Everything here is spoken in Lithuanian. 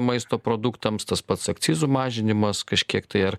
maisto produktams tas pats akcizų mažinimas kažkiek tai ar